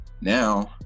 now